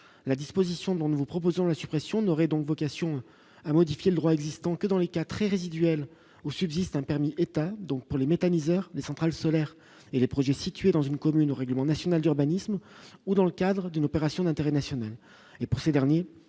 la disposition dont nous vous proposons la suppression n'aurait donc vocation à modifier le droit existant que dans les cas très résiduel où subsiste un permis état donc pour le méthaniseur les centrales solaires et les projets situés dans une commune au règlement national d'urbanisme ou dans le cadre d'une opération d'intérêt national et pour ces derniers